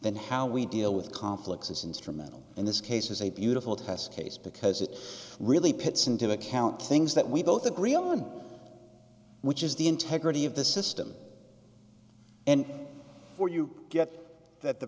then how we deal with conflicts is instrumental in this case is a beautiful test case because it really puts into account things that we both agree on which is the integrity of the system and or you get that the